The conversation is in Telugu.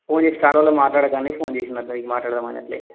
ఫోన్ చేసి చాలా రోజులుగా మాట్లాడక అని ఫోన్ చేశాను మాట్లాడదామని అలాగే